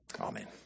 amen